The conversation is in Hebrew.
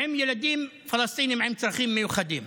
עם ילדים פלסטינים עם צרכים מיוחדים,